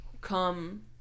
come